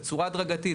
בצורה הדרגתית,